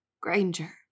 Granger